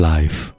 Life